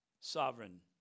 sovereign